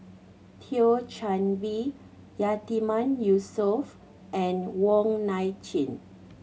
Thio Chan Bee Yatiman Yusof and Wong Nai Chin